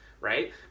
right